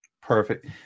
Perfect